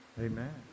Amen